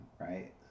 right